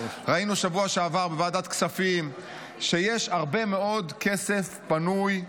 ראינו בשבוע שעבר בוועדת כספים שיש הרבה מאוד כסף פנוי,